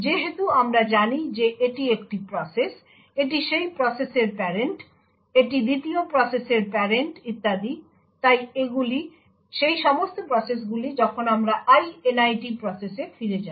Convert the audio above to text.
যেহেতু আমরা জানি যে এটি একটি প্রসেস এটি সেই প্রসেসের প্যারেন্ট এটি ২য় প্রসেসের প্যারেন্ট ইত্যাদি তাই এগুলি সেই সমস্ত প্রসেসগুলি যখন আমরা Init প্রসেসে ফিরে যাই